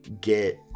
get